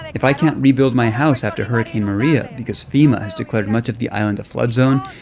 like if i can't rebuild my house after hurricane maria because fema has declared much of the island a flood zone,